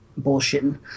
bullshitting